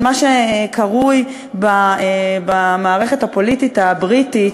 של מה שקרוי במערכת הפוליטית הבריטית,